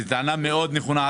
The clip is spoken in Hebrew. טענה מאוד נכונה.